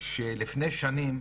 שלפני שנים,